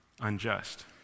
unjust